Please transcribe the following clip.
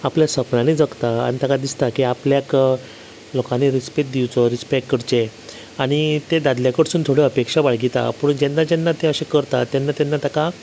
आपल्या सपनांनी जगता आनी ताका दिसता की आपल्याक लोकांनी रेस्पेद दिवचो रिस्पेक्ट करचें आनी तें दादल्या कडसून थोड्यो अपेक्षा बाळगिता पूण जेन्ना जेन्ना तें अशें करता तेन्ना तेन्ना तेका